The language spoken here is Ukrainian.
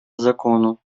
закону